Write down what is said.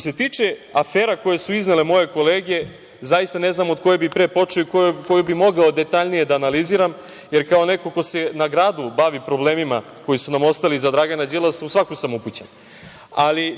se tiče afera koje su iznele moje kolege, zaista ne znam od koje bih pre počeo i koju bih mogao detaljnije da analiziram, jer kao neko ko se na gradu bavi problemima koji su nam ostali iza Dragana Đilasa, u svaku sam upućen.